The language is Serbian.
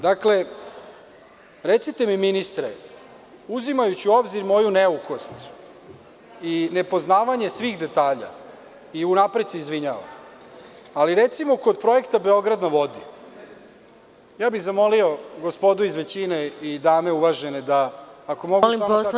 Dakle, recite, mi ministre uzimajući u obzir moju neukost i nepoznavanje svih detalja i unapred se izvinjavam, ali recimo, kod projekta „Beograd na vodi“ zamolio bih gospodu iz većine i uvažene dame, ako mogu tiše, ne čujem sebe